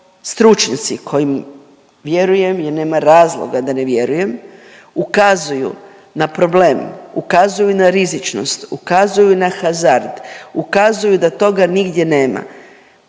stručnjaci kojim vjerujem jer nema razloga da ne vjeruje, ukazuju na problem, ukazuju na rizičnost, ukazuju na hazard, ukazuju da toga nigdje nema,